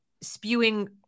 spewing